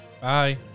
bye